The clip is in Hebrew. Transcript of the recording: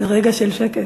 זה רגע של שקט.